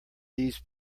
these